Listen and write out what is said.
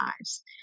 lives